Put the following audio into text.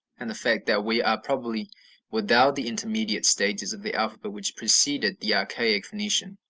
and the fact that we are probably without the intermediate stages of the alphabet which preceded the archaic phoenician,